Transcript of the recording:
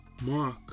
Mark